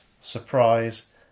surprise